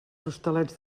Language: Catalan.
hostalets